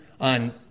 on